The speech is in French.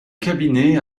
cabinet